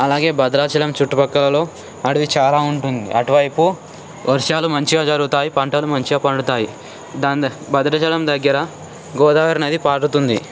అలాగే భద్రాచలం చుటుపక్కలలో అడవి చాలా ఉంటుంది అటువైపు వర్షాలు మంచిగా జరుగుతాయి పంటలు మంచిగా పండుతాయి భద్రాచలం దగ్గర గోదావరి నది పారుతుంది